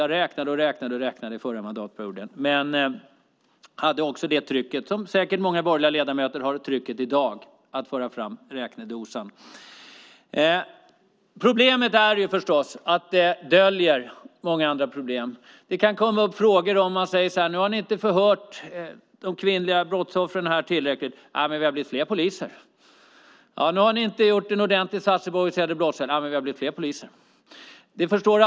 Jag räknade och räknade under förra mandatperioden men hade det trycket, som säkert många borgerliga ledamöter har i dag, att föra fram räknedosan. Problemet är förstås att det här döljer många andra problem. Det kan komma upp frågor där man säger: Ni har inte hört de kvinnliga brottsoffren tillräckligt. Man svarar: Nä, vi har blivit fler poliser. Vidare: Nu har ni inte gjort en ordentlig satsning på den organiserade brottsligheten. Nä, men vi har blivit fler poliser.